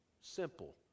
simple